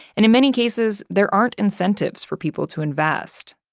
and in many cases, there aren't incentives for people to invest.